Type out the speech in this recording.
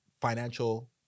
financial